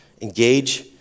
Engage